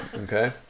Okay